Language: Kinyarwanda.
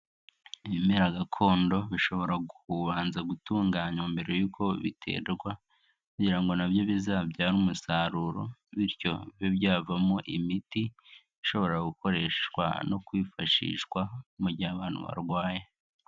Ibimera gakondo bishobora kubanza gutunganywa mbere y'uko biterwa kugira ngo na byo bizabyare umusaruro, bityo bibe byavamo imiti ishobora gukoreshwa no kwifashishwa mu gihe abantu barwaye.